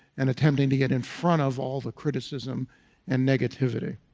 and attempting to get in front of all the criticism and negativity.